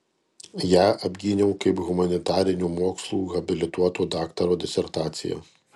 ją apgyniau kaip humanitarinių mokslų habilituoto daktaro disertaciją